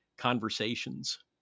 conversations